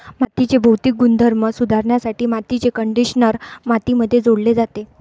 मातीचे भौतिक गुणधर्म सुधारण्यासाठी मातीचे कंडिशनर मातीमध्ये जोडले जाते